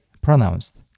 pronounced